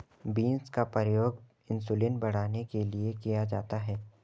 beans का प्रयोग insulin बढ़ाने के लिए किया जाता है